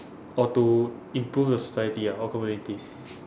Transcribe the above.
oh to improve the society ah or community